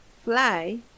Fly